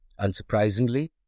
Unsurprisingly